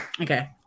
okay